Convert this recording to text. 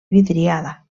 vidriada